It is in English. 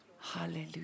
Hallelujah